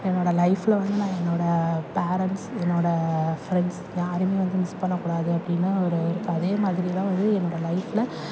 என்னோட லைஃப்பில் வந்து நான் என்னோட பேரண்ட்ஸ் என்னோட ஃப்ரெண்ட்ஸ் யாரையுமே வந்து மிஸ் பண்ணக்கூடாது அப்படின்னு ஒரு அதே மாதிரி தான் வந்து என்னோட லைஃப்பில்